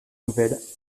nouvelles